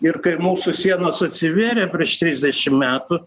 ir kai mūsų sienos atsivėrė prieš trisdešimt metų